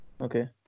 Okay